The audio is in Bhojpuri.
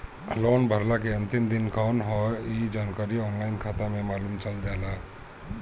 लोन भरला के अंतिम दिन कवन हवे इ जानकारी ऑनलाइन खाता में मालुम चल जाला